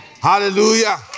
Hallelujah